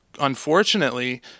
unfortunately